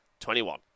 21